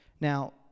Now